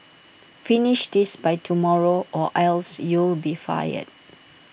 finish this by tomorrow or else you'll be fired